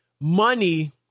money